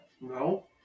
No